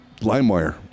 LimeWire